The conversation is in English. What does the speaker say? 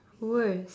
worse